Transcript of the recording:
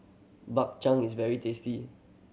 Bak Chang is very tasty